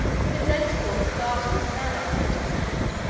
he would thenceforth regard him as an ally and a friend.